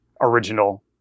original